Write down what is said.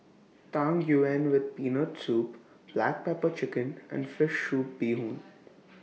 Tang Yuen with Peanut Soup Black Pepper Chicken and Fish Soup Bee Hoon